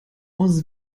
aus